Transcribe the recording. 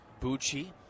Bucci